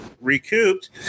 recouped